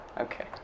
Okay